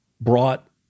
brought